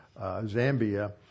Zambia